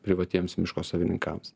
privatiems miško savininkams